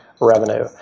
revenue